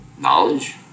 knowledge